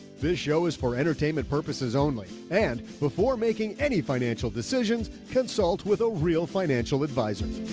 this show is for entertainment purposes only, and before making any financial decisions, consult with a real financial advisor.